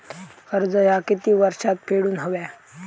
कर्ज ह्या किती वर्षात फेडून हव्या?